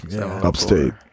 Upstate